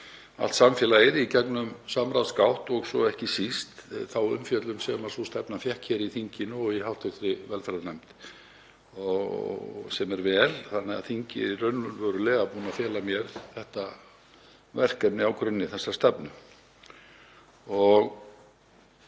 allt samfélagið í gegnum samráðsgátt og svo ekki síst þá umfjöllun sem sú stefna fékk hér í þinginu og í hv. velferðarnefnd, sem er vel. Þannig að þingið er raunverulega búið að fela mér þetta verkefni, ákvörðunina í þessari stefnu